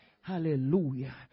Hallelujah